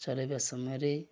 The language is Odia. ଚଲେଇବା ସମୟରେ